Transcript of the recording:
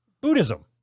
Buddhism